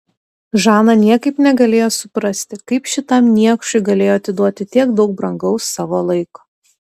žana niekaip negalėjo suprasti kaip šitam niekšui galėjo atiduoti tiek daug brangaus savo laiko